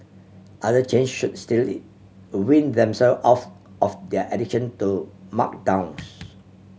other chain should still it a wean themself off of their addiction markdowns